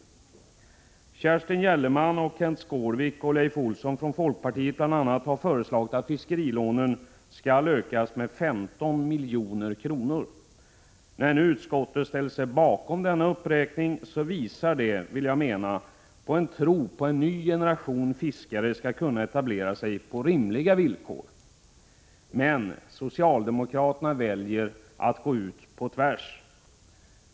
a. Kerstin Gellerman, Kenth Skårvik och Leif Olsson från folkpartiet har föreslagit att fiskerilånen skall ökas med 15 milj.kr. När nu utskottet ställer sig bakom denna uppräkning visar det, anser jag, en tro på att en ny generation fiskare skall kunna etablera sig på rimliga villkor. Men socialdemokraterna väljer att gå ut på tvärs.